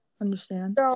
understand